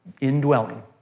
indwelling